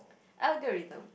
algorithm